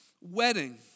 wedding